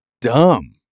dumb